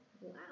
Wow